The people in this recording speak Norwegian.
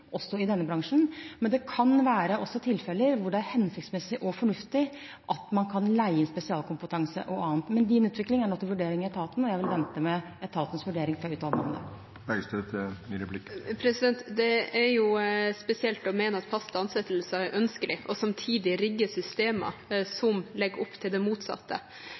også i denne bransjen, men det kan være tilfeller hvor det er hensiktsmessig og fornuftig å leie inn spesialkompetanse og annet. Men Din Utvikling er nå til vurdering i etaten, og jeg vil vente med etatens vurdering for dette anbudet. Det er jo spesielt å mene at faste ansettelser er ønskelig, og samtidig rigge systemer som legger opp til det motsatte.